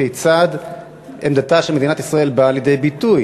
כיצד עמדתה של ישראל באה לידי ביטוי.